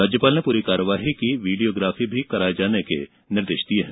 राज्यपाल ने पूरी कार्यवाही की वीडियोग्राफी भी कराये जाने के निर्देश दिये हैं